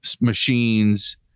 machines